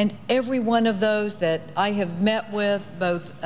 and every one of those that i have met with both